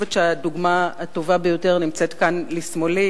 הדוגמה הטובה ביותר נמצאת כאן לשמאלי